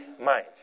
mind